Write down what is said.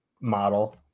model